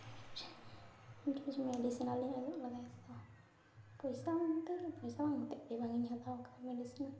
ᱤᱧ ᱵᱩᱡᱽ ᱢᱮᱰᱤᱥᱚᱱᱟᱞᱤᱧ ᱚᱡᱚᱜ ᱞᱮᱜᱟᱭᱟ ᱯᱚᱭᱥᱟ ᱦᱚᱸ ᱵᱟᱝ ᱦᱚᱛᱮᱡ ᱛᱮ ᱵᱟᱝᱤᱧ ᱦᱟᱛᱟᱣᱟ ᱵᱟᱠᱷᱟᱡ ᱢᱤᱰᱤᱥᱚᱱᱟᱞ